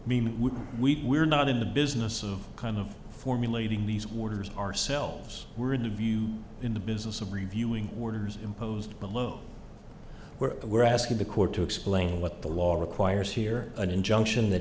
discretion we we're not in the business of kind of formulating these waters ourselves we're in the view in the business of reviewing orders imposed below where we're asking the court to explain what the law requires here an injunction that